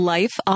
Life